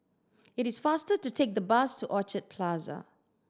it is faster to take the bus to Orchard Plaza